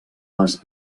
les